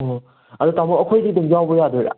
ꯑꯣ ꯑꯗꯣ ꯇꯥꯃꯣ ꯑꯩꯈꯣꯏꯗꯤ ꯑꯗꯨꯝ ꯌꯥꯎꯕ ꯌꯥꯗꯣꯏꯔꯥ